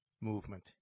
movement